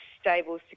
stable